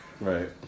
Right